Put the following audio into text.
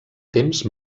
temps